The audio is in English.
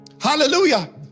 hallelujah